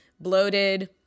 Bloated